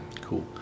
cool